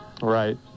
right